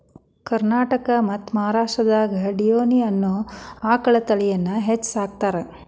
ಕರ್ನಾಟಕ ಮತ್ತ್ ಮಹಾರಾಷ್ಟ್ರದಾಗ ಡಿಯೋನಿ ಅನ್ನೋ ಆಕಳ ತಳಿನ ಹೆಚ್ಚ್ ಸಾಕತಾರ